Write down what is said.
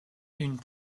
une